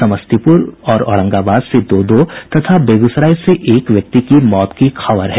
समस्तीपुर और औरंगाबाद से दो दो तथा बेगूसराय से एक व्यक्ति की मौत की खबर है